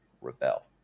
rebel